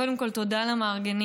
קודם כול, תודה למארגנים.